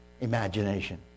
imagination